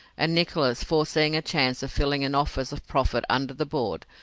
and nicholas, foreseeing a chance of filling an office of profit under the board,